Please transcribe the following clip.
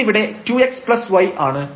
ഇതിവിടെ 2xy ആണ്